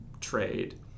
trade